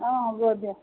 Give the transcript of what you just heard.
অঁ হ'ব দিয়া